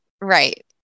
Right